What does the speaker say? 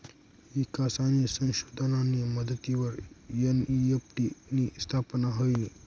ईकास आणि संशोधननी मदतवरी एन.ई.एफ.टी नी स्थापना व्हयनी